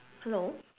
hello